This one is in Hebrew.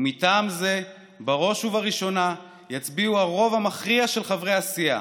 ומטעם זה בראש ובראשונה יצביעו הרוב המכריע של חברי הסיעה,